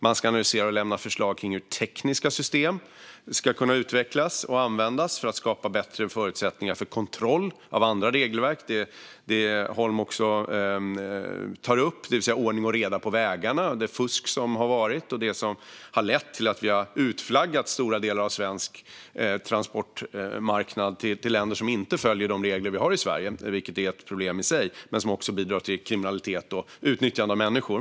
Man ska analysera och lämna förslag kring hur tekniska system ska kunna utvecklas och användas för att skapa bättre förutsättningar för kontroll av andra regelverk, det vill säga ordning och reda på vägarna och det fusk som har varit och det som har lett till att vi har utflaggat stora delar av svensk transportmarknad till länder som inte följer de regler som vi har i Sverige. Det är ett problem i sig, men det bidrar också till kriminalitet och utnyttjande av människor.